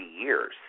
years